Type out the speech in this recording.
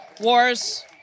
wars